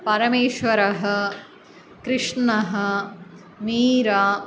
परमेश्वरः कृष्णः मीरा